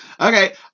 Okay